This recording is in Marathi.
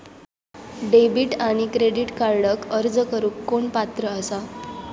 डेबिट आणि क्रेडिट कार्डक अर्ज करुक कोण पात्र आसा?